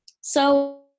So-